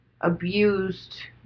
abused